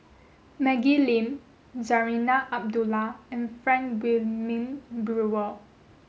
Maggie Lim Zarinah Abdullah and Frank Wilmin Brewer